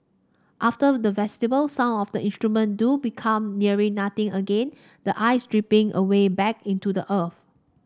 after the festival some of the instruments do become nearly nothing again the ice dripping away back into the earth